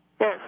Yes